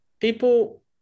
People